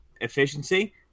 efficiency